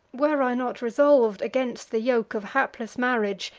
were i not resolv'd against the yoke of hapless marriage,